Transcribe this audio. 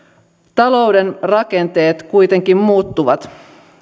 talouden rakenteet kuitenkin muuttuvat